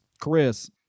Chris